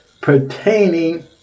pertaining